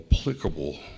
applicable